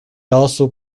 also